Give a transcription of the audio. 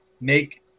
make